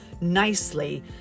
nicely